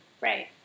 right